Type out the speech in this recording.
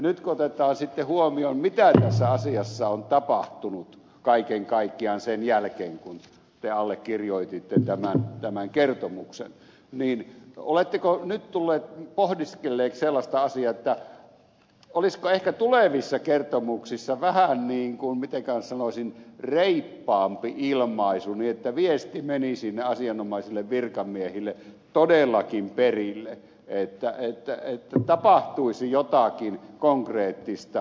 nyt kun otetaan sitten huomioon mitä tässä asiassa on tapahtunut kaiken kaikkiaan sen jälkeen kun te allekirjoititte tämän kertomuksen niin oletteko nyt tullut pohdiskelleeksi sellaista asiaa olisiko ehkä tulevissa kertomuksissa vähän niin kuin mitenkä nyt sanoisin reippaampi ilmaisu niin että viesti menisi sinne asianomaisille virkamiehille todellakin perille että tapahtuisi jotakin konkreettista